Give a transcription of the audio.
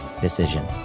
decision